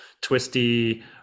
twisty